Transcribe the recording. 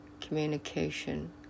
communication